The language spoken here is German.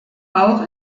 auch